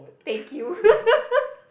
thank you